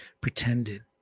pretended